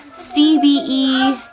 c b e.